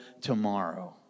tomorrow